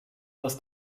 dass